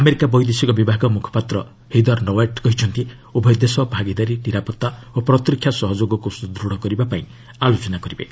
America ବୈଦେଶିକ ବିଭାଗ ମୁଖପାତ୍ର ହିଦର୍ ନୁଏଟ୍ କହିଛନ୍ତି ଉଭୟ ଦେଶ ଭାଗିଦାରୀ ନିରାପତ୍ତା ଓ ପ୍ରତିରକ୍ଷା ସହଯୋଗକୁ ସୁଦୃଢ଼ କରିବା ପାଇଁ ଆଲୋଚନା କରିବେ